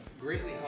greatly